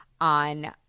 on